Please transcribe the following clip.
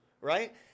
right